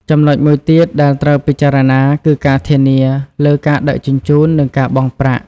ចំណុចមួយទៀតដែលត្រូវពិចារណាគឺការធានាលើការដឹកជញ្ជូននិងការបង់ប្រាក់។